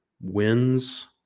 wins